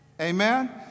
Amen